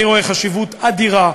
אני רואה חשיבות אדירה,